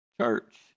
Church